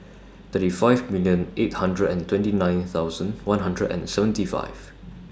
thirty five million eight hundred and twenty nine thousand one hundred and seventy five